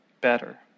better